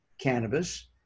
cannabis